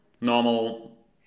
normal